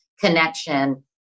connection